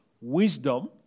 wisdom